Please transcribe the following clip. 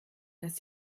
dass